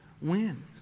win